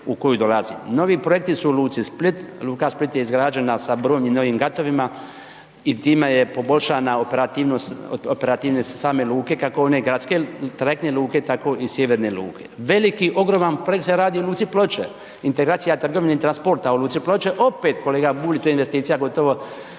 u koju dolazi. Novi projekti su u luci Split, luka Split je izgrađena sa brojnim novim gatovima i time je poboljšana operativnost, operativnost same luke kako one gradske, trajektne luke tako i sjeverne luke. Veliki ogromni projekt se radi u luci Ploče, integracija trgovine i transporta u luci Ploče opet kolega Bulj to je investicija gotovo,